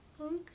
Okay